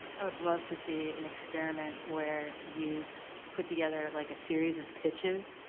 i would love to see an experiment where you put together like a series of pitches,